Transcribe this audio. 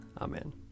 Amen